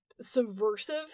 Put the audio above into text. subversive